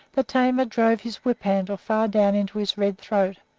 the tamer drove his whip-handle far down into his red throat,